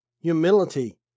humility